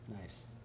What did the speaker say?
Nice